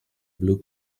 blue